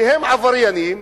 שהם עבריינים,